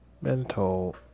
mental